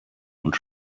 und